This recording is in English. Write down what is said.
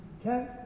Okay